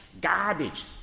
garbage